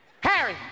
Harry